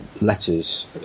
letters